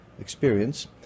experience